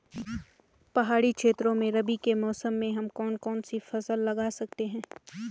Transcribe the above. पहाड़ी क्षेत्रों में रबी के मौसम में हम कौन कौन सी फसल लगा सकते हैं?